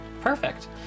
perfect